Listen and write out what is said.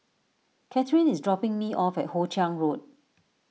Cathrine is dropping me off at Hoe Chiang Road